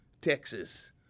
Texas